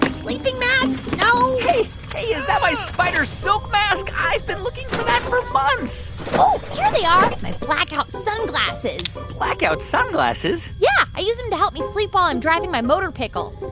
but sleeping mask, no hey. hey is that my spider silk mask? i've been looking for that for months here they are my blackout sunglasses blackout sunglasses? yeah. i use them to help me sleep while i'm driving my motorpickle